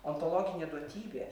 ontologinė duotybė